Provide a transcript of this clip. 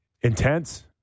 Intense